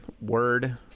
Word